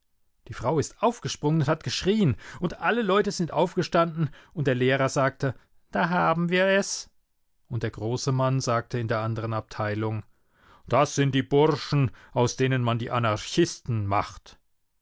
die frau ist aufgesprungen und hat geschrien und alle leute sind aufgestanden und der lehrer sagte da haben wir es und der große mann sagte in der anderen abteilung das sind die burschen aus denen man die anarchisten macht